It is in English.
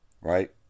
right